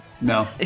No